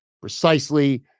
precisely